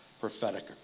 prophetic